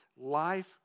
life